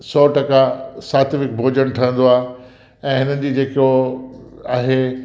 सौ टका सात्विक भोजन ठहंदो आहे ऐं हिननि जी जेको आहे